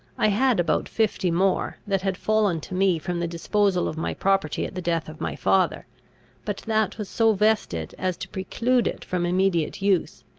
i had about fifty more, that had fallen to me from the disposal of my property at the death of my father but that was so vested as to preclude it from immediate use,